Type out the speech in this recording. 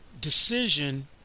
decision